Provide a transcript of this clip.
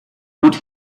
put